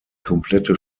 komplette